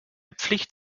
pflicht